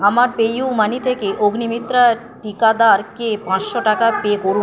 আমার পেইউমানি থেকে অগ্নিমিত্রা ঠিকাদারকে পাঁচশো টাকা পে করু